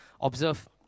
observe